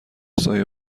سایه